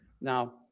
Now